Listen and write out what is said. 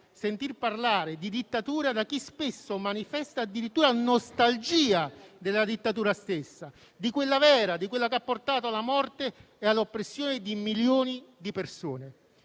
sentir parlare di dittatura da chi spesso manifesta addirittura nostalgia della dittatura stessa, di quella vera, quella che ha portato alla morte e all'oppressione di milioni di persone.